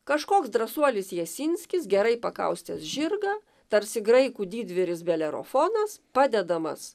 kažkoks drąsuolis jasinskis gerai pakaustęs žirgą tarsi graikų didvyris belerofonas padedamas